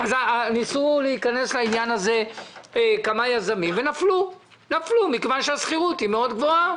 ניסו להיכנס לעניין הזה כמה יזמים ונפלו מכיוון שהשכירות גבוהה מאוד.